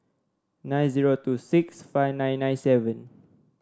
nine zero two six five nine nine seven